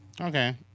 okay